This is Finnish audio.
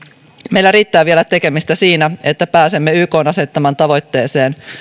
meillä riittää vielä tekemistä siinä että pääsemme ykn asettamaan tavoitteeseen